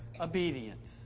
obedience